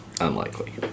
unlikely